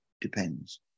depends